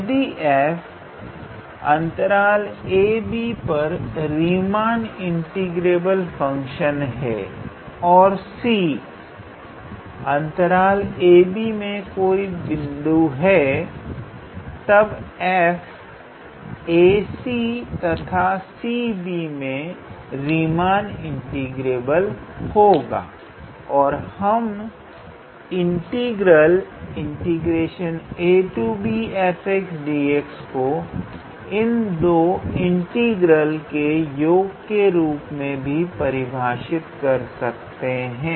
यदि f ab पर Riemann integrable function है और c ab में कोई भी बिंदु है तब f ac तथा cb में भी रीमान इंटीग्रेबल होगा और हम इंटीग्रल को इन दो इंटीग्रल के योग के रूप में भी लिख सकते हैं